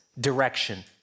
direction